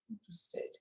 interested